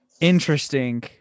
interesting